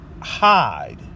hide